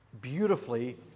beautifully